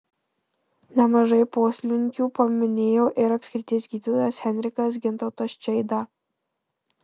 nemažai poslinkių paminėjo ir apskrities gydytojas henrikas gintautas čeida